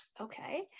Okay